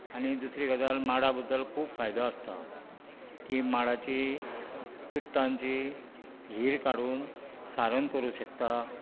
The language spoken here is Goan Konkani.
आनी दुसरी गजाल माडा बद्दल खूब फायदो आसता ती माडांची चुडटांची हीर काडून सारण करूंक शकता